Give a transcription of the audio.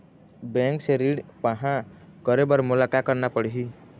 Bank से ऋण पाहां करे बर मोला का करना पड़ही?